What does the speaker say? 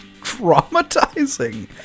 Traumatizing